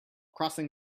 crossing